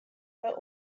her